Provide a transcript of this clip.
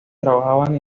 trabajaban